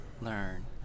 learn